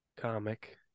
comic